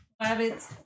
Rabbits